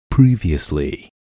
Previously